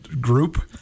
group